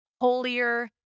holier